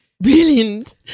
Brilliant